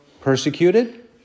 persecuted